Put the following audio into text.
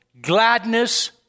gladness